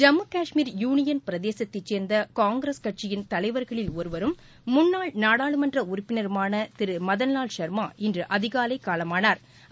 Jammu Kashmir union பிரதேசத்தைச் சேர்ந்த காங்கிரஸ் கட்சியின் தலைவர்களில் ஒருவரும் முன்னாள் நாடாளுமன்ற உறுப்பினருமான திரு மதன்வால் ச்மா இன்று அதிகாலை காலமானாா்